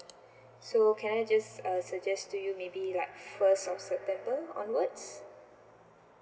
so can I just uh suggest to you maybe like first of september onwards